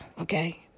Okay